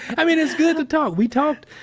i mean, it's good to talk. we talked,